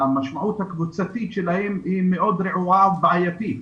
המשמעות הקבוצתית שלהם היא מאוד רעועה ובעייתית.